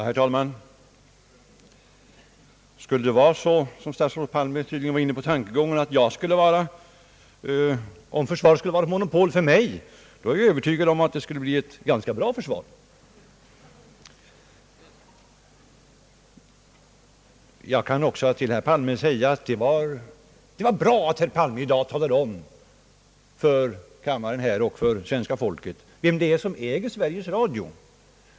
Herr talman! Statsrådet Palme var inne på tankegången om försvaret som ett monopol för mig. Om så vore fallet är jag övertygad om att det skulle bli ett ganska bra försvar! Jag vill också till herr Palme säga att det var bra att han i dag talade om för kammaren och svenska folket vem det är som äger Sveriges Radio.